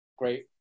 Great